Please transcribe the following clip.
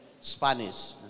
Spanish